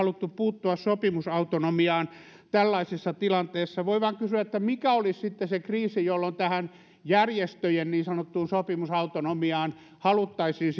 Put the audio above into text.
haluttu puuttua sopimusautonomiaan tällaisessa tilanteessa voi vain kysyä mikä olisi sitten se kriisi jolloin tähän järjestöjen niin sanottuun sopimusautonomiaan haluttaisiin